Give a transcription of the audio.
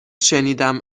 شنیدم